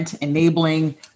enabling